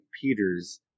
Peter's